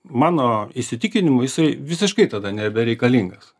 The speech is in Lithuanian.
mano įsitikinimu jisai visiškai tada nebereikalingas